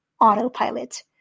autopilot